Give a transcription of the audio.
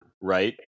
right